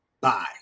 bye